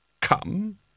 Come